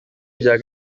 bya